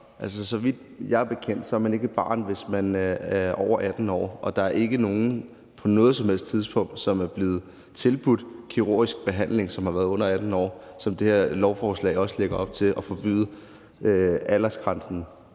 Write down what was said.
Altså, så vidt jeg ved, er man ikke et barn, hvis man er over 18 år, og der er ikke nogen på noget som helst tidspunkt, som er blevet tilbudt kirurgisk behandling, som har været under 18 år, hvilket det her beslutningsforslag også lægger op til at forbyde, så aldersgrænsen